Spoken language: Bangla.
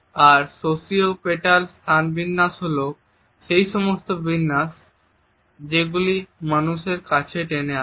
আর সোশিও পেটাল স্থানবিন্যাস হল সেই সমস্ত বিন্যাস গুলি যেগুলি মানুষকে কাছে টেনে আনে